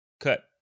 cut